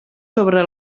sobre